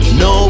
no